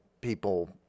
people